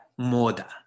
Moda